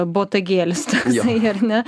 botagėlis toksai ar ne